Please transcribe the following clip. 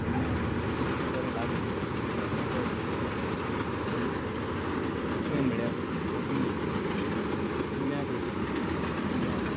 तेन्ना नुस्तें बरें लागलें जाल्यार मजा येता आनी दुसरें म्हणल्यार कुल्ल्यो कुल्ल्यांक वयता कुल्ल्यांक